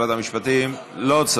לא.